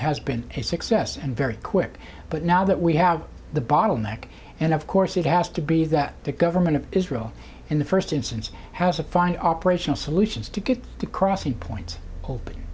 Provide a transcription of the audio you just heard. has been a success and very quick but now that we have the bottleneck and of course it has to be that the government of israel in the first instance has a fine operational solutions to get the crossing point